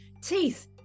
Teeth